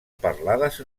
parlades